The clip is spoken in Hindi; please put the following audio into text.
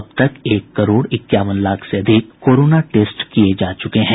अब तक एक करोड़ इक्यावन लाख से अधिक कोरोना टेस्ट किए जा चुके हैं